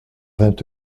vingt